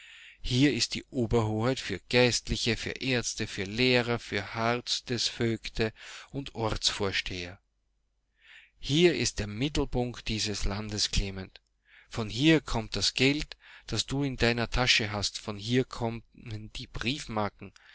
hier ist die oberhoheit für geistliche für ärzte für lehrer für hardesvögte und ortsvorsteher hier ist der mittelpunkt dieses landes klement von hier kommt das geld das du in deiner tasche hast von hier kommen die